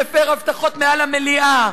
מפר הבטחות מעל המליאה,